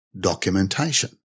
documentation